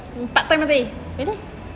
tak pernah pay